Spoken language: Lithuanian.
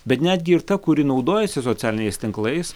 bet netgi ir ta kuri naudojasi socialiniais tinklais